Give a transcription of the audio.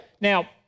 Now